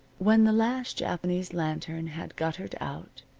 when the last japanese lantern had guttered out,